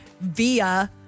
via